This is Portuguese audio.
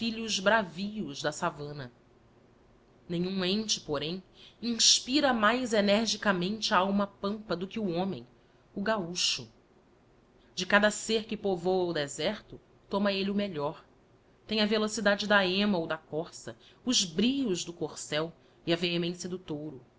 filhos bravios da savana nenhum ente porém inspira mais energicamente a alma pampa do que o homem o gaúcho de cada ser que povoa o deserto toma elle o melhor tem a velocidade da ema ou da corsa os brios do corsel e a vehemencia do touro